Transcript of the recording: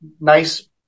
nice